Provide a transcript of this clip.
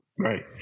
Right